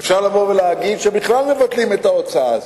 אפשר לבוא ולהגיד שבכלל מבטלים את ההוצאה הזאת.